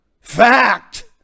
Fact